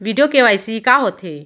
video KYC का होथे